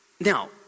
Now